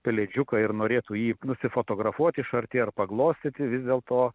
pelėdžiuką ir norėtų jį nusifotografuoti iš arti ar paglostyti vis dėlto